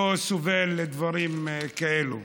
לא סובלים דברים כאלה.